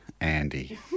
Andy